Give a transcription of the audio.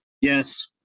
Yes